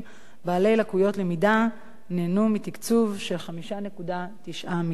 לקויות למידה נהנו מתקצוב של 5.9 מיליון שקלים.